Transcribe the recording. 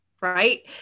right